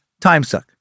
timesuck